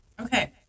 Okay